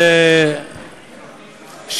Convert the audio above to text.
לא, זה בגלל הדלת.